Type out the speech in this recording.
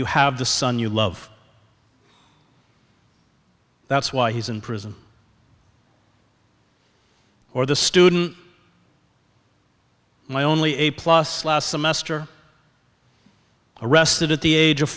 you have the son you love that's why he's in prison or the student my only a plus last semester arrested at the age of